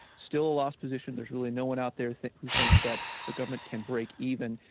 still, a loss position. there's really no one out there who thinks that the government can break even,